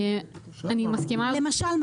אני מסכימה --- סליחה,